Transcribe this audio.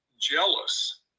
jealous